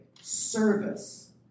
service